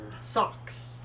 Socks